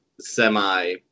semi